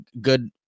good